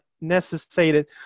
necessitated